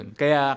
kaya